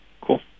Cool